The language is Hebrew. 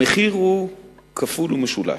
המחיר הוא כפול ומשולש.